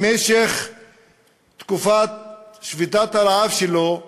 במשך תקופת שביתת הרעב שלו,